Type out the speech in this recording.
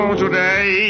today